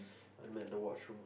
I'm in the watchroom